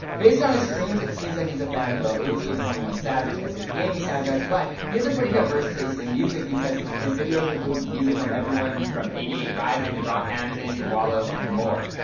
based on his streams, it seems like he's a fan of lil uzi and twenty one savage as his gaming soundtracks. but he has a pretty diverse taste in music because his videos included music by everyone from eighty eight rising to brockhampton to wallows and more.